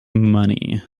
money